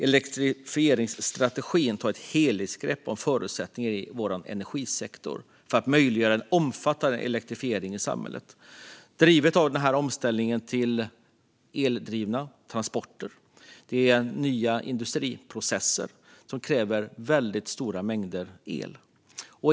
Elektrifieringsstrategin tar ett helhetsgrepp om förutsättningarna i vår energisektor för att möjliggöra en omfattande elektrifiering i samhället, drivet av omställningen till eldrivna transporter. Nya industriprocesser kräver dessutom väldigt stora mängder el.